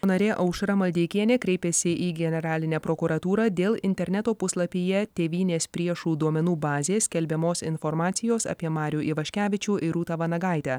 narė aušra maldeikienė kreipėsi į generalinę prokuratūrą dėl interneto puslapyje tėvynės priešų duomenų bazės skelbiamos informacijos apie marių ivaškevičių ir rūtą vanagaitę